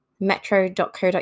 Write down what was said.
Metro.co.uk